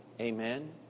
Amen